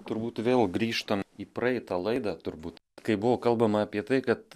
turbūt vėl grįžtam į praeitą laidą turbūt kai buvo kalbama apie tai kad